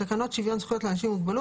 תקנות שוויון זכויות לאנשים עם מוגבלות